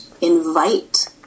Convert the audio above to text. invite